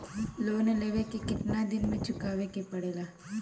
Loan लेवे के कितना दिन मे चुकावे के पड़ेला?